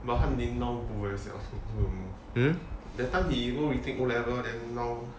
but 翰林 now go where sia I also don't know that time he go we take O level then now